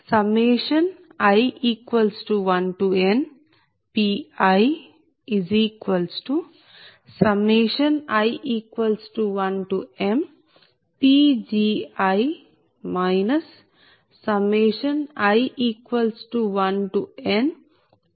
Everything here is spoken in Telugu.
PLossi1nPii1mPgi i1nPLi